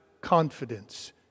confidence